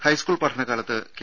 high school പഠനകാലത്ത് K